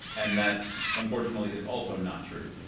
and that unfortunately is also not true.